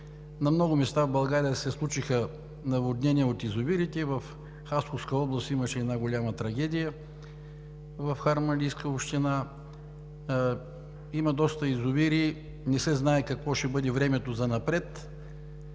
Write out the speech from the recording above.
на много места в България се случиха наводнения от язовирите. В Хасковска област имаше една голяма трагедия в Харманлийска община. Има доста язовири. Не се знае какво ще бъде времето занапред.